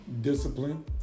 discipline